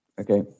Okay